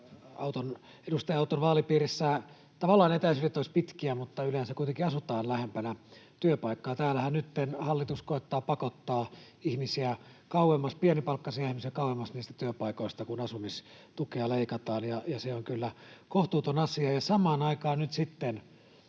edustaja Auton vaalipiirissä tavallaan etäisyydet ovat pitkiä, yleensä kuitenkin asutaan lähempänä työpaikkaa. Tällähän nytten hallitus koettaa pakottaa pienipalkkaisia ihmisiä kauemmas työpaikoista, kun asumistukea leikataan, ja se on kyllä kohtuuton asia. Ja samaan aikaan nyt sitten,